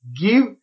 give